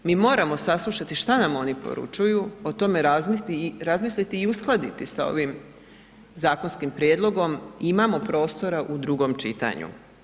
Mi moramo saslušati što nam oni poručuju, o tome razmisliti i uskladiti sa ovim zakonskim prijedlogom, imamo prostora u drugom čitanju.